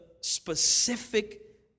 specific